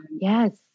Yes